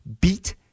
beat